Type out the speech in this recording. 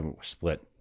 split